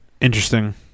interesting